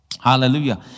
Hallelujah